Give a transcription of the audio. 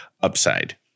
upside